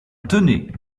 tenez